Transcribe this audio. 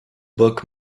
book